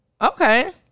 Okay